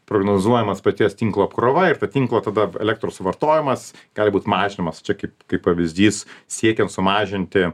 prognozuojamas paties tinklo apkrova ir ta tinklo tada elektros suvartojimas gali būt mažinamas čia kaip kaip pavyzdys siekiant sumažinti